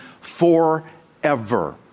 forever